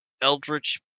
eldritch